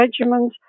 regimens